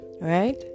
right